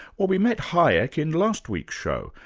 well we met hayek in last week's show.